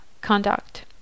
Conduct